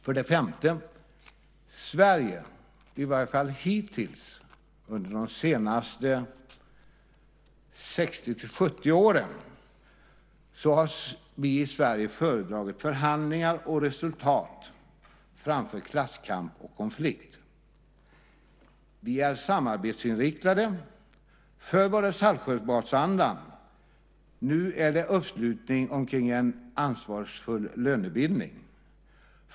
För det femte: I Sverige har vi, i varje fall under de senaste 60-70 åren, föredragit förhandlingar och resultat framför klasskamp och konflikt. Vi är samarbetsinriktade. Förr var det Saltsjöbadsandan. Nu är det uppslutning kring en ansvarsfull lönebildning.